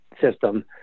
system